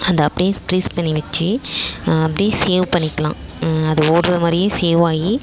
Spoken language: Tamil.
அது அப்படியே ஃப்ரீஸ் பண்ணி வச்சு அப்படியே சேவ் பண்ணிக்கலாம் எது ஓடுறது மாதிரியே சேவ் ஆகி